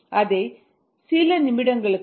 அதை சில நிமிடங்களுக்கு முன்பு 2